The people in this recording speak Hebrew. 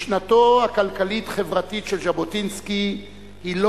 משנתו הכלכלית-חברתית של ז'בוטינסקי היא לא